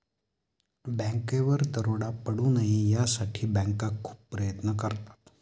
बँकेवर दरोडा पडू नये यासाठी बँका खूप प्रयत्न करतात